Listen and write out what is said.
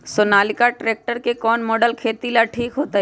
Sonalika tractor के कौन model खेती ला ठीक होतै?